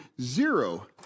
zero